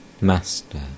Master